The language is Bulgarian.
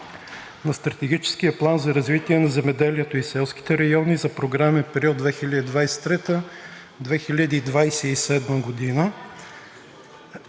на Стратегическия план за развитие на земеделието и селските райони за програмен период 2023 – 2027 г.“